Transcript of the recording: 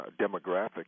demographic